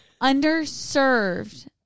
Underserved